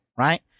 Right